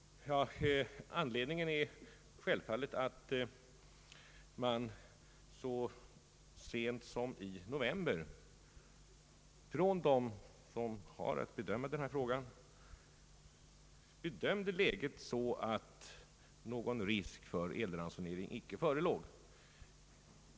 Anledningen är självfallet att så sent som i november förra året ansåg de som har att bedöma denna fråga läget vara sådant att någon risk för elransonering icke förelåg.